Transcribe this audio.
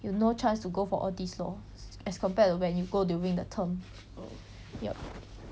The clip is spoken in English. you no chance to go for all this lor as compared to when you go during the term yup